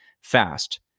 fast